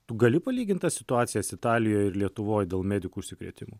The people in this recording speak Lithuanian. tu gali palygint tas situacijas italijoj ir lietuvoj dėl medikų užsikrėtimų